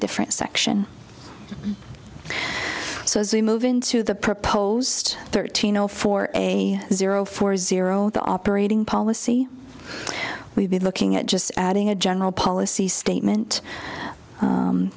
different section so as we move into the proposed thirteen zero for a zero four zero the operating policy we'd be looking at just adding a general policy statement